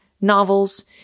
novels